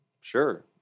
sure